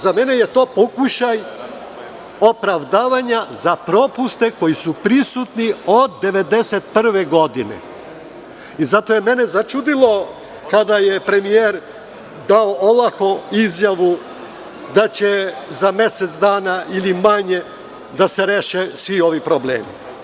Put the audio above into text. Za mene je to pokušaj opravdavanja za propuste koji su prisutni od 1991. godine i zato je mene začudilo kada je premijer dao ovako izjavu da će za mesec dana ili manje da se reše svi ovi problemi.